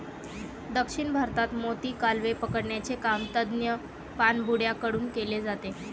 दक्षिण भारतात मोती, कालवे पकडण्याचे काम तज्ञ पाणबुड्या कडून केले जाते